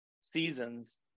seasons